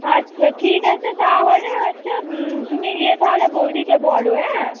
আচ্ছা ঠিক আছে তাহলে হচ্ছে তুমি গিয়ে তাহলে বৌদিকে বলো হ্যাঁ